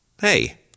hey